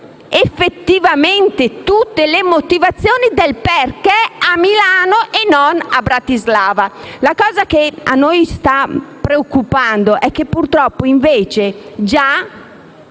effettivamente tutte le motivazioni per cui si vuole Milano e non Bratislava. La cosa che ci sta preoccupando è che purtroppo, invece, si